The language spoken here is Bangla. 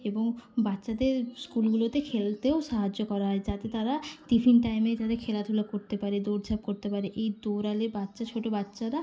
এবং বাচ্চাদের স্কুলগুলোতে খেলতেও সাহায্য করা হয় যাতে তারা টিফিন টাইমে যাতে খেলাধুলো করতে পারে দৌড়ঝাঁপ করতে পারে এই দৌড়ালে বাচ্চা ছোটো বাচ্চারা